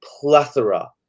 plethora